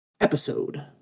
episode